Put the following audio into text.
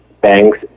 banks